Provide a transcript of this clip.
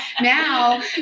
Now